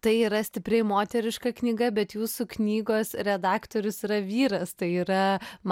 tai yra stipriai moteriška knyga bet jūsų knygos redaktorius yra vyras tai yra